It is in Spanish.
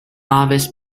aves